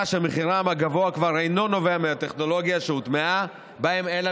שמחירם הגבוה כבר אינו נובע מהטכנולוגיה שהוטמעה בהם אלא